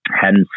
hence